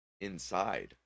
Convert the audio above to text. inside